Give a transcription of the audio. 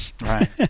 right